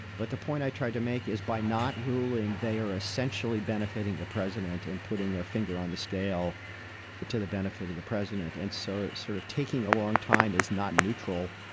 but the point i tried to make is by not ruling, they are essentially benefiting the president and putting a finger on the scale to the benefit of the president. and so sort of taking along time is not neutral.